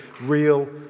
real